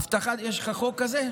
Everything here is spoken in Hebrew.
אבטחה, יש לך חוק כזה?